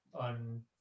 on